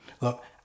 Look